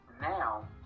now